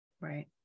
Right